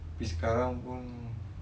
tapi sekarang pun